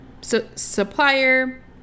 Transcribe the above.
supplier